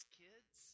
kids